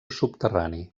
subterrani